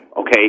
okay